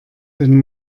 den